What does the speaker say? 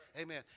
Amen